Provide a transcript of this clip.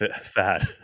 fat